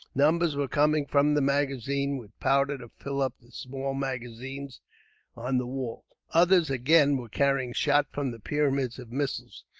numbers were coming from the magazine, with powder to fill up the small magazines on the walls. others, again, were carrying shot from the pyramids of missiles,